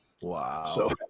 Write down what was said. Wow